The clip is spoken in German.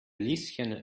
lieschen